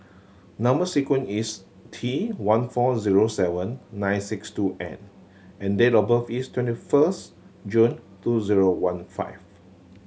number sequence is T one four zero seven nine six two N and date of birth is twenty first June two zero one five